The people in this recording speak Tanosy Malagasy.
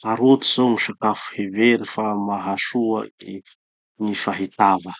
Karoty zao gny sakafo hevery fa mahasoa eh gny fahitava.